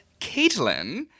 Caitlin